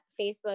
Facebook